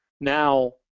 now